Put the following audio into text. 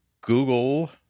Google